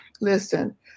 listen